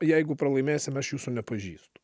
jeigu pralaimėsim aš jūsų nepažįstu